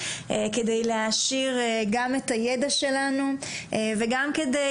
כדי להעשיר גם את הידע שלנו וגם כדי